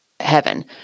Heaven